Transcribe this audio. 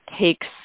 takes